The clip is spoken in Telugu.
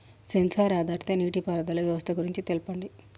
సెన్సార్ ఆధారిత నీటిపారుదల వ్యవస్థ గురించి తెల్పండి?